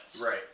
Right